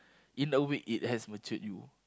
in a way it has matured you